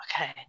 Okay